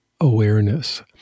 awareness